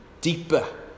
deeper